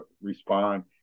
respond